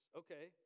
okay